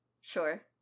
Sure